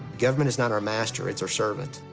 government is not our master, it's our servant.